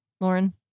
Lauren